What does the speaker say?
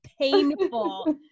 painful